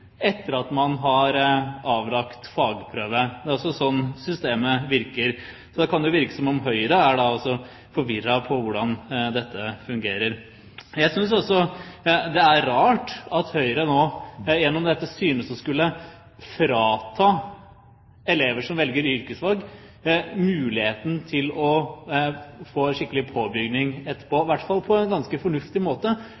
etter at man har avlagt fagprøve. Det er altså sånn systemet virker. Det kan virke som om Høyre er forvirret når det gjelder hvordan dette fungerer. Jeg synes også det er rart at Høyre gjennom dette nå synes å skulle frata elever som velger yrkesfag, muligheten til å få skikkelig